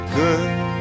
girl